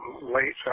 late